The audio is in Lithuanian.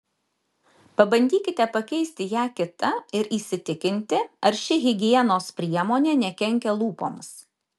pabandykite pakeisti ją kita ir įsitikinti ar ši higienos priemonė nekenkia lūpoms